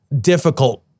difficult